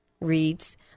reads